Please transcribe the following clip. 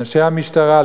לאנשי המשטרה,